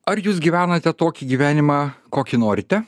ar jūs gyvenate tokį gyvenimą kokį norite